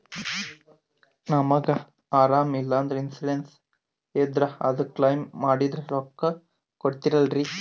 ನಮಗ ಅರಾಮ ಇಲ್ಲಂದ್ರ ಇನ್ಸೂರೆನ್ಸ್ ಇದ್ರ ಅದು ಕ್ಲೈಮ ಮಾಡಿದ್ರ ರೊಕ್ಕ ಕೊಡ್ತಾರಲ್ರಿ?